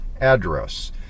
address